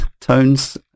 Tones